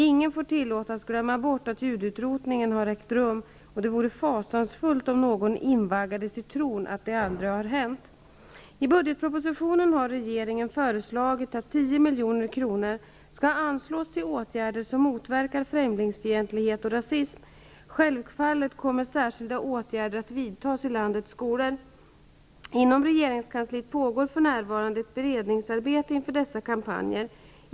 Ingen får tillåtas glömma bort att judeutrotningen har ägt rum, och det vore fa sansfullt om någon invaggades i tron att detta ald rig hänt. I budgetpropositionen har regeringen föreslagit att 10 milj.kr. skall anslås till åtgärder som mot verkar främlingsfientlighet och rasism. Självfallet kommer särskilda åtgärder att vidtas i landets sko lor. Inom regeringskansliet pågår för närvarande ett beredningsarbete inför dessa kampanjer.